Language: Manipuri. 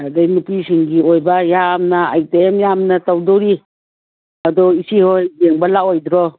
ꯑꯗꯒꯤ ꯅꯨꯄꯤꯁꯤꯡꯒꯤ ꯑꯣꯏꯕ ꯌꯥꯝꯅ ꯑꯥꯏꯇꯦꯝ ꯌꯥꯝꯅ ꯇꯧꯗꯣꯔꯤ ꯑꯗꯣ ꯏꯆꯦ ꯍꯣꯏ ꯌꯦꯡꯕ ꯂꯥꯛꯑꯣꯏꯗ꯭ꯔꯣ